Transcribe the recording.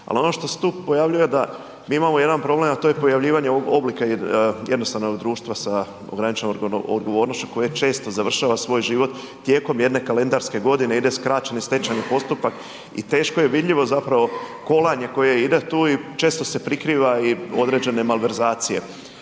Ali ono što se tu pojavljuje da, mi imamo jedan problem, a to je pojavljivanje ovog oblika jednostavnog društva sa ograničenom odgovornošću koje često završava svoj život tijekom jedne kalendarske godine, ide skraćeni stečajni postupak i teško je vidljivo zapravo kolanje koje ide tu i često se prikriva i određene malverzacije.